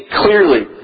clearly